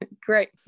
great